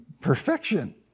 perfection